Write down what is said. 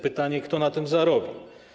Pytanie, kto na tym zarobi.